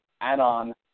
add-on